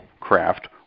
craft